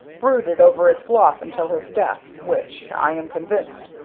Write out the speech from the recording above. brooded over its loss until his death, which, i am convinced,